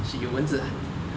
shit 有蚊子啊